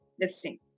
listening